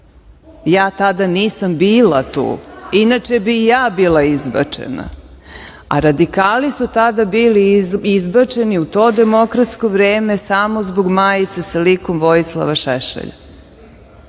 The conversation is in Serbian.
Ja tada nisam bila tu, inače bi i ja bila izbačena, a radikali su tada bili izbačeni, u to demokratsko vreme, samo zbog majice sa likom Vojislava Šešelja,